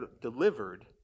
delivered